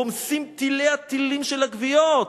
רומסים תלי התלים של הגוויות",